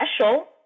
special